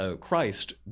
Christ